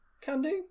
Candy